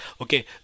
okay